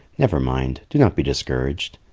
never mind. do not be discouraged.